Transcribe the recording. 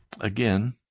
Again